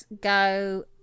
go